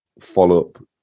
follow-up